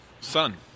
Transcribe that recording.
son